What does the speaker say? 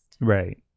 right